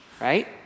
right